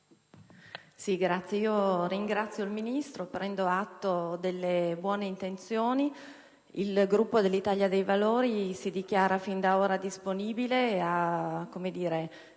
*(IdV)*. Io ringrazio il Ministro e prendo atto delle buone intenzioni. Il Gruppo dell'Italia dei Valori si dichiara fin da ora disponibile a dare